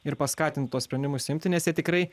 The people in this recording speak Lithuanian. ir paskatint tuos sprendimus imti nes jie tikrai